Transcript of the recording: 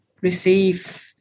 receive